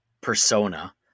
persona